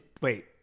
Wait